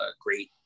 great